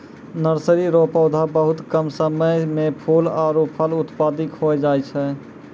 nursery रो पौधा बहुत कम समय मे फूल आरु फल उत्पादित होय जाय छै